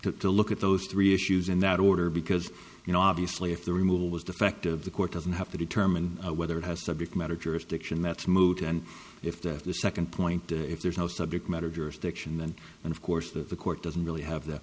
to to look at those three issues in that order because you know obviously if the removal was defective the court doesn't have to determine whether it has subject matter jurisdiction that's moot and if the second point if there is no subject matter jurisdiction then of course that the court doesn't really have the